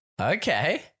Okay